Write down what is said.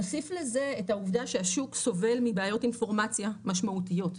נוסיף לזה את העובדה שהשוק סובל מבעיות אינפורמציה משמעותיות,